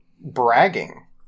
bragging